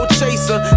chaser